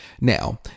Now